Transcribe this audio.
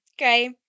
Okay